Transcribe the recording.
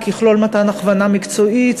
יכלול מתן הכוונה מקצועית,